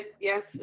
Yes